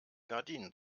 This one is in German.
gardinen